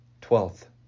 Twelfth